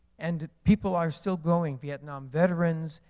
and people are still going. vietnam veterans,